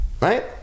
right